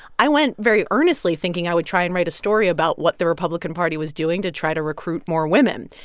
i went very earnestly, thinking i would try and write a story about what the republican party was doing to try to recruit more women.